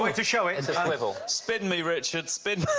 like to show it. it's a swivel. spin me, richard, spin